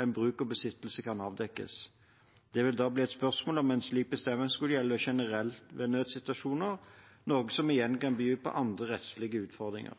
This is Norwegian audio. enn bruk og besittelse kan avdekkes. Det vil da bli et spørsmål om en slik bestemmelse burde gjelde generelt ved nødsituasjoner, noe som igjen kan by på andre rettslige utfordringer.